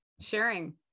sharing